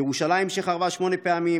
ירושלים שחרבה שמונה פעמים,